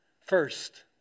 First